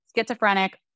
schizophrenic